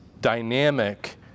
dynamic